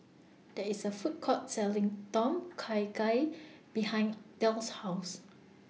There IS A Food Court Selling Tom Kha Gai behind Del's House